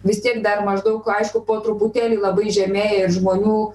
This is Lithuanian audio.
vis tiek dar maždaug aišku po truputėlį labai žemėja ir žmonių